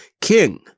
king